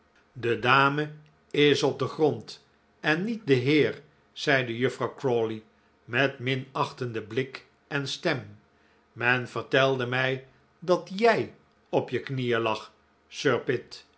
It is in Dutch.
de dame is op den grond en niet de heer zeide juffrouw crawley met minachtenden blik en stem men vertelde mij dat jij op je knieen lag